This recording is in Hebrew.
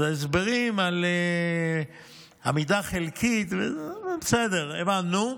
אז ההסברים על עמידה חלקית, בסדר, הבנו.